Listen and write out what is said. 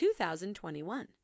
2021